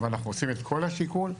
ואנחנו עושים את כל השיקול.